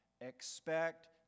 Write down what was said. expect